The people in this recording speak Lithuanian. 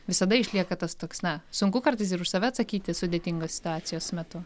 visada išlieka tas toks na sunku kartais ir už save atsakyti sudėtingos situacijos metu